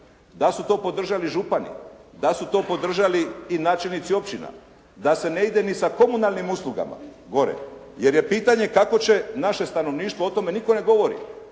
da su to podržali župani, da su to podržali i načelnici općina da se ne ide ni sa komunalnim uslugama gore jer je pitanje kako će naše stanovništvo, o tome nitko ne govori.